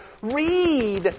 Read